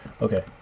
Okay